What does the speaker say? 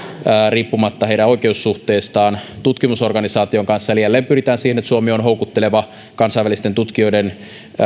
riippumatta heidän oikeussuhteestaan tutkimusorganisaatioon eli jälleen pyritään siihen että suomi on houkutteleva kansainvälisten tutkijoiden